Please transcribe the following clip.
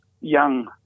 young